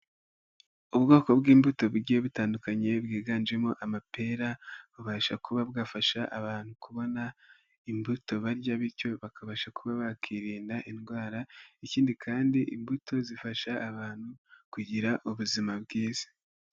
Ubwoko bw'imbuto bugiye butandukanye bwiganjemo amapera, bubasha kuba bwafasha abantu kubona imbuto barya ,bityo bakabasha kuba bakirinda indwara, ikindi kandi imbuto zifasha abantu kugira ubuzima bwiza.